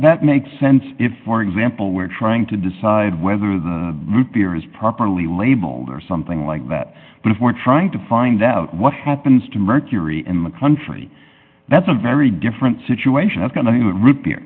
that makes sense if for example we're trying to decide whether the root beer is properly labeled or something like that but if we're trying to find out what happens to mercury in the country that's a very different situation of going to